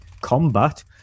combat